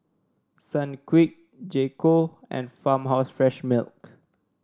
Sunquick J Co and Farmhouse Fresh Milk